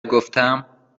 گفتم